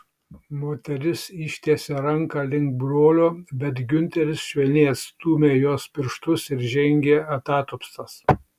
moteris ištiesė ranką link brolio bet giunteris švelniai atstūmė jos pirštus ir žengė atatupstas